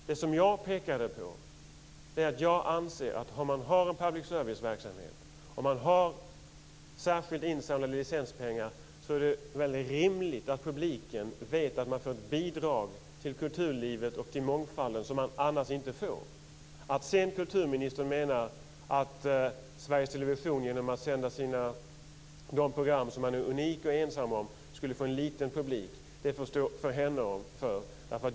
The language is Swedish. Det som jag pekade på är att jag anser att om man har en public serviceverksamhet och särskilt insamlade licenspengar är det rimligt att publiken vet att den får ett bidrag till kulturlivet och till mångfalden som den annars inte får. Kulturministern menar att Sveriges Television genom att sända de program den är unik och ensam om skulle få en liten publik. Detta får stå för henne.